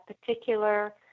particular